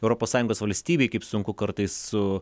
europos sąjungos valstybei kaip sunku kartais su